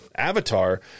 Avatar